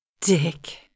Dick